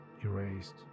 erased